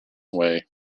way